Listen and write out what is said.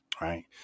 right